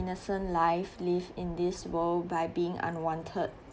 innocent life live in this world by being unwanted